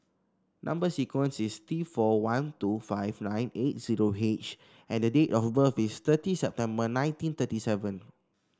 number sequence is T four one two five nine eight zero H and date of birth is thirty September nineteen thirty seven